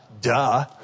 Duh